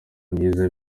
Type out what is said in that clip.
myiza